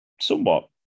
somewhat